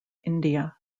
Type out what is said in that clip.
india